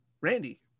Randy